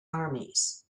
armies